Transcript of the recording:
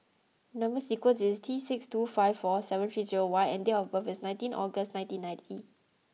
number sequence is T six two five four seven three zero Y nd date of birth is nineteen August nineteen ninety